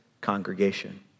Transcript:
congregation